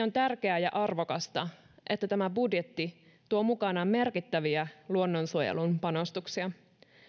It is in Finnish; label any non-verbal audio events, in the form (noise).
(unintelligible) on tärkeää ja arvokasta että tämä budjetti tuo mukanaan merkittäviä luonnonsuojelun panostuksia